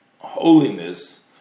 holiness